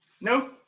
No